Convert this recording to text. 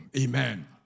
Amen